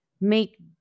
make